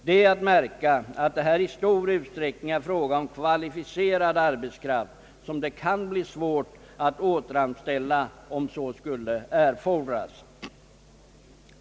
Det är att märka att det här i stor utsträckning är fråga om kvalificerad arbetskraft som det kan bli svårt att återanställa, om så skulle erfordras.